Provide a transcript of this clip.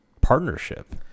partnership